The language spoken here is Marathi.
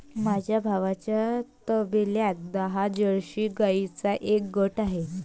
माझ्या भावाच्या तबेल्यात दहा जर्सी गाईंचा एक गट आहे